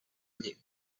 llit